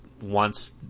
wants